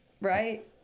right